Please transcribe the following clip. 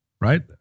Right